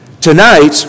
Tonight